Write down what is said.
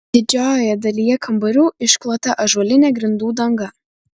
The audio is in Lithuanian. didžiojoje dalyje kambarių išklota ąžuolinė grindų danga